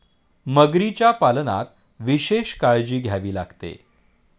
मगरीच्या पालनात विशेष काळजी घ्यावी लागते